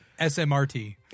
SMRT